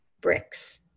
bricks